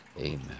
Amen